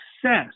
success